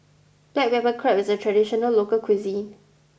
Black Pepper Crab is a traditional local cuisine